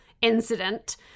incident